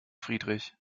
friedrich